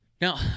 Now